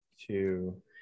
two